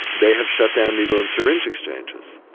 they have shut down needle and syringe exchanges.